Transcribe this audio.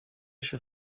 się